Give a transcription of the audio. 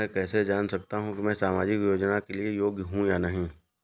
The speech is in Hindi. मैं कैसे जान सकता हूँ कि मैं सामाजिक योजना के लिए योग्य हूँ या नहीं?